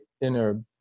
inner